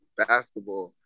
basketball